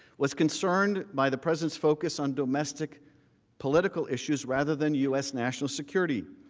was concerned by the president's focus on domestic political issues rather than u s. national security.